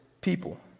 people